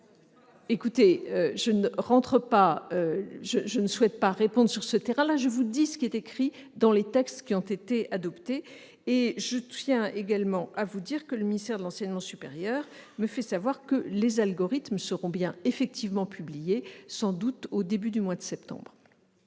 sceaux ! Je ne souhaite pas répondre sur ce terrain, je vous dis ce qui est écrit dans les textes adoptés. Je tiens également à vous indiquer que le ministère de l'enseignement supérieur me fait savoir que les algorithmes seront effectivement publiés, sans doute au début du mois de septembre.